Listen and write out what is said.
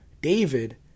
David